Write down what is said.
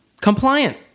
compliant